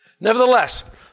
Nevertheless